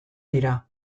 dira